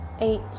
eight